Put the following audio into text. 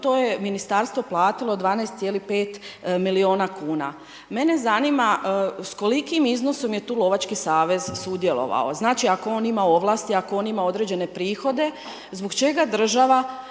to je ministarstvo platilo 12.5 miliona kuna. Mene zanima s kolikom iznosom je tu lovački savez sudjelovao, znači ako on ima ovlasti, ako on ima određene prihode, zbog čega država